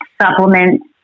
Supplements